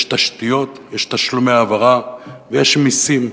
יש תשתיות, יש תשלומי העברה ויש מסים.